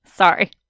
Sorry